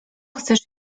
chcesz